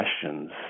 questions